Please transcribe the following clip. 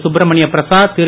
Subramania Prasad Thiru